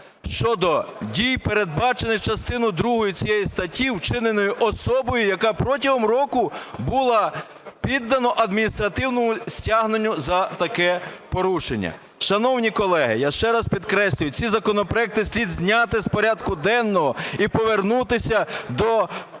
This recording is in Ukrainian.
щодо дій, передбачених частиною другою цієї статті, вчинених особою, яка протягом року була піддана адміністративному стягненню за таке порушення. Шановні колеги, я ще раз підкреслюю, ці законопроекти слід зняти з порядку денного і повернутися до розробки